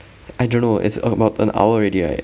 I dunno it's about an hour already right